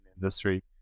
industry